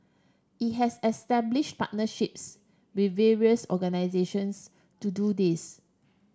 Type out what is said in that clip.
it has established partnerships with various organisations to do this